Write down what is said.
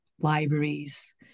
libraries